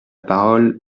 parole